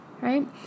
right